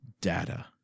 data